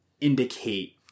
indicate